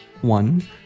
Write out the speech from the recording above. One